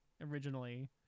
originally